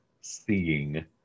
seeing